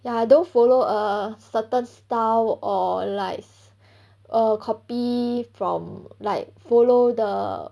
ya I don't follow a certain style or like err copy from like follow the